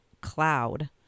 Cloud